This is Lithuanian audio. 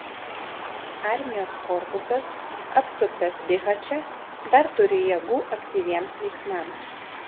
armijos korpusas apsuptas bihače dar turi jėgų aktyviems veiksmams